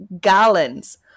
gallons